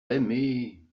aimés